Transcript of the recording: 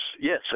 Yes